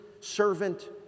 Servant